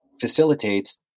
facilitates